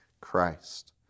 Christ